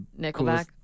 Nickelback